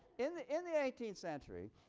in the in the eighteenth century,